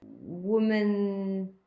Woman